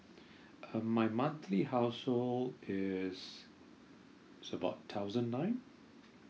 um my monthly household is is about thousand nine